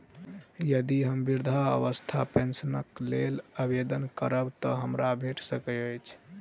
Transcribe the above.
यदि हम वृद्धावस्था पेंशनक लेल आवेदन करबै तऽ हमरा भेट सकैत अछि?